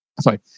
sorry